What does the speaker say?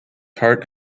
heart